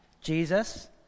Jesus